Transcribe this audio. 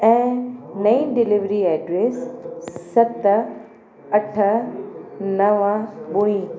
ऐं नई delivery address सत अठ नव ॿुड़ी